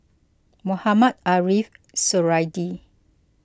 Mohamed Ariff Suradi